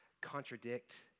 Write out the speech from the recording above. contradict